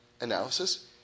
analysis